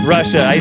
Russia